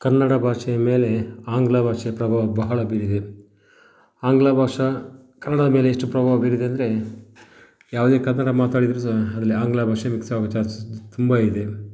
ಕನ್ನಡ ಭಾಷೆಯ ಮೇಲೆ ಆಂಗ್ಲ ಭಾಷೆಯ ಪ್ರಭಾವ ಬಹಳ ಬೀರಿದೆ ಆಂಗ್ಲ ಭಾಷಾ ಕನ್ನಡದ ಮೇಲೆ ಎಷ್ಟು ಪ್ರಭಾವ ಬೀರಿದೆ ಅಂದರೆ ಯಾವುದೇ ಕನ್ನಡ ಮಾತಾಡಿದರೂ ಸಹ ಅದರಲ್ಲಿ ಆಂಗ್ಲ ಭಾಷೆ ಮಿಕ್ಸ್ ಆಗೋ ಚಾನ್ಸಸ್ ತುಂಬ ಇದೆ